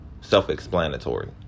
self-explanatory